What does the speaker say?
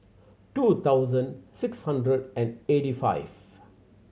two thousand six hundred and eighty five